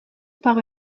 par